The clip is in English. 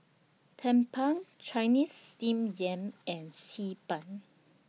Tumpeng Chinese Steamed Yam and Xi Ban